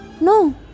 no